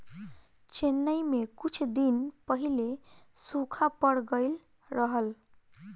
चेन्नई में कुछ दिन पहिले सूखा पड़ गइल रहल